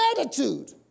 attitude